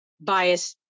bias